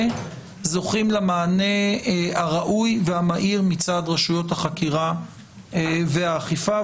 זוכים למענה הראוי והמהיר מצד רשויות החקירה והאכיפה,